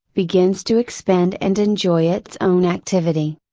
begins to expand and enjoy its own activity.